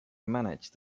manage